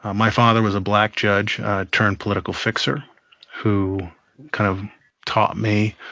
ah my father was a black judge turned political fixer who kind of taught me